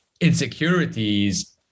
insecurities